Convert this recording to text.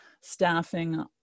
staffing